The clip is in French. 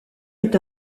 est